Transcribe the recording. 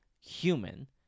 human